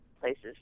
places